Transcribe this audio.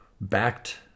backed